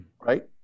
right